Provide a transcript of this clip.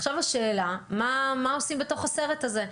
עכשיו השאלה מה עושים בתוך הסרט הזה.